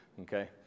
okay